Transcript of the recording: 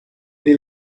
ele